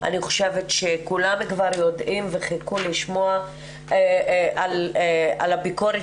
אני חושבת שכולם כבר יודעים וחיכו לשמוע על הביקורת